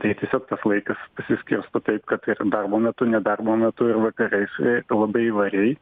tai tiesiog tas laikas pasiskirsto taip kad ir darbo metu ne darbo metu ir vakarais labai įvairiai